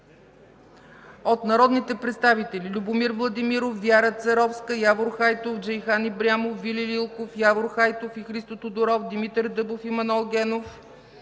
от народните представители